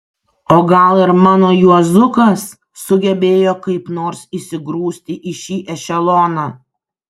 o gal ir mano juozukas sugebėjo kaip nors įsigrūsti į šį ešeloną